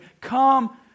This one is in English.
come